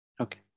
Okay